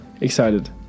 excited